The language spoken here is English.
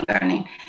learning